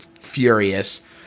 furious